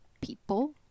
people